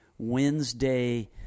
Wednesday